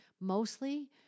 mostly